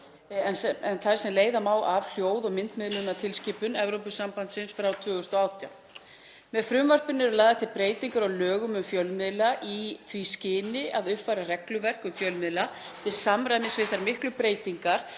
en þær sem leiða má af hljóð- og myndmiðlunartilskipun Evrópusambandsins frá 2018. Með frumvarpinu eru lagðar til breytingar á lögum um fjölmiðla í því skyni að uppfæra regluverk um fjölmiðla til samræmis við þær miklu breytingar